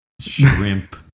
shrimp